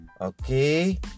Okay